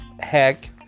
heck